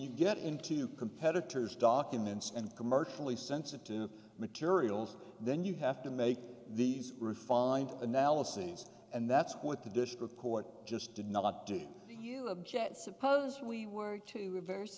you get into competitors documents and commercially sensitive materials then you have to make these refined analyses and that's what the dish report just did not do you object suppose we were to reverse